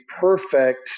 perfect